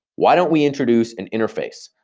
why don't we introduce an interface?